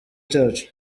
cyacu